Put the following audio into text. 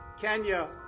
Kenya